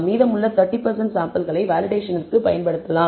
மீதமுள்ள 30 சாம்பிள்களை வேலிடேஷனிற்கு பயன்படுத்தலாம்